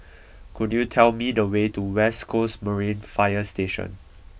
could you tell me the way to West Coast Marine Fire Station